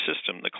system